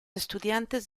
estudiantes